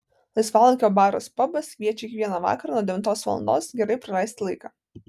laisvalaikio baras pabas kviečia kiekvieną vakarą nuo devintos valandos gerai praleisti laiką